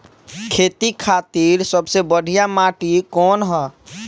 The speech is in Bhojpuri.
खेती खातिर सबसे बढ़िया माटी कवन ह?